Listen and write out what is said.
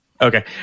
Okay